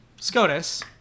SCOTUS